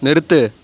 நிறுத்து